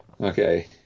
okay